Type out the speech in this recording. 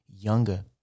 younger